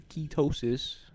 ketosis